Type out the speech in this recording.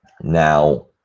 Now